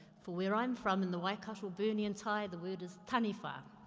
for where i'm from in the waikato boonie-and-tie the word is taniwha.